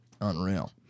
Unreal